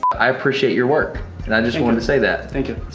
i appreciate your work and i just wanted to say that. thank you,